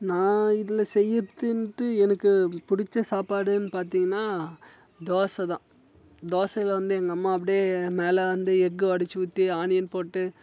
நான் இதில் செய்கிறதுன்ட்டு எனக்கு பிடிச்ச சாப்பாடுன்னு பார்த்தீங்கன்னா தோசை தான் தோசையில் வந்து எங்கள் அம்மா அப்படியே மேலே வந்து எக்கு உடச்சி ஊற்றி ஆனியன் போட்டு